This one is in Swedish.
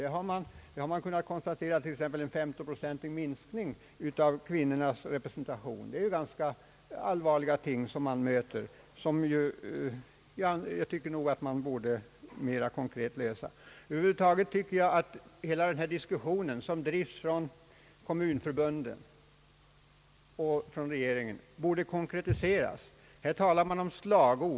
Där har man kunnat konstatera en 15 procentig minskning av kvinnorepresentationen, och det är en allvarlig sak som jag tycker man borde försöka motverka med konkreta åtgärder. Slutligen tycker jag att hela den diskussion som drives av kommunförbunden och av regeringen borde konkretiseras mer än vad som skett.